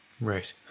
Right